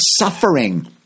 suffering